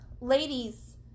ladies